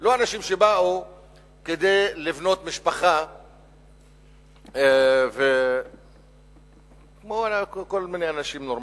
לא אנשים שבאו כדי לבנות משפחה כמו כל מיני אנשים נורמליים.